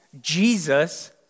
Jesus